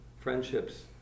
friendships